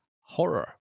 horror